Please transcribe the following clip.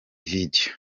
video